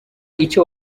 icyo